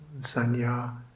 Sanya